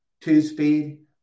two-speed